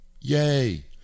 yay